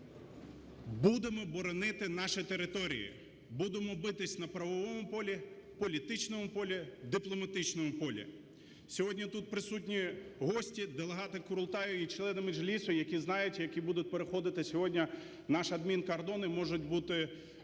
будемо боронити наші території, будемо битися на правовому полі, політичному полі, дипломатичному полі. Сьогодні тут присутні гості, делегати Курултаю і члени Меджлісу, які знають, які будуть переходити сьогодні наш адмінкордон і можуть бути